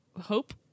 Hope